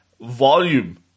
volume